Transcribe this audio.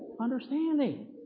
Understanding